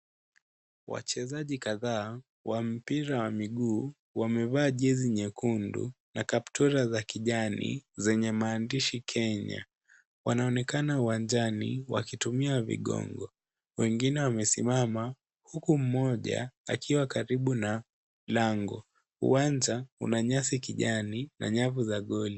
Wachezaji kadhaa wa mpira wa miguu, wamevaa jesi nyekundu na kaptula za kijani, zenye maandishi Kenya wanaonekana uwanjani, wakitumia vigongo, wengine wamesimama huku mmoja akiwa karibu na lango uwanja una nyasi ya kijani na nyavu za goli.